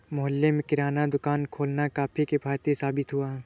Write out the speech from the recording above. मोहल्ले में किराना दुकान खोलना काफी किफ़ायती साबित हुआ